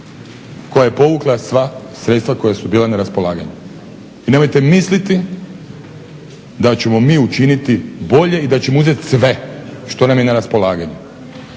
koja je povukla sva sredstva koja su bila na raspolaganju. I nemojte misliti da ćemo mi učiniti bolje i da ćemo uzeti sve što nam je na raspolaganju.